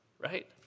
right